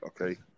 Okay